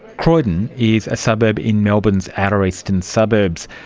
croydon is a suburb in melbourne's outer eastern suburbs.